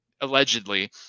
allegedly